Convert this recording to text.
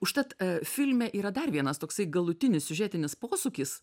užtat filme yra dar vienas toksai galutinis siužetinis posūkis